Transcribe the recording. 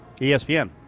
ESPN